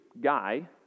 guy